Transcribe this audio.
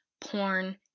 porn